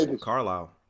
Carlisle